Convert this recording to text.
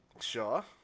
Sure